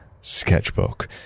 sketchbook